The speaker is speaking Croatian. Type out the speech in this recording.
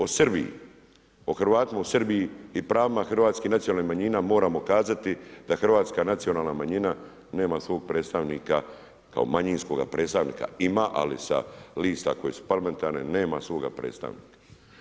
O Srbiji o Hrvatima u Srbiji i pravima Hrvatske nacionalne manjine moramo kazati da Hrvatska nacionalna manjina nema svog predstavnika kao manjinskoga predstavnika, ima, ali sa lista koje su parlamentarne nema svoga predstavnika.